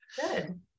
Good